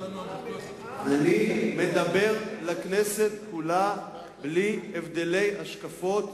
אני מדבר לכנסת כולה בלי הבדל השקפות,